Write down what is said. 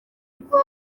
ubwo